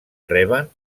reben